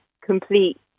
complete